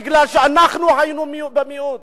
בגלל שאנחנו היינו מיעוט.